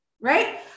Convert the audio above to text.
right